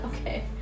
okay